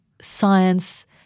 science